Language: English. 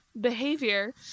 behavior